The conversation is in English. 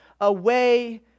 away